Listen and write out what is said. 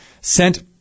sent